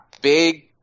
big